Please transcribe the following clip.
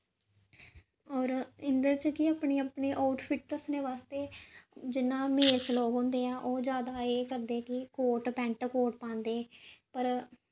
होर इं'दे च केह् अपनी अपनी आउटफिट दस्सने बास्तै जियां मेल्स लोक होंदे ऐ ओह् जादा एह् करदे कि कोट पैंट कोट पांदे पर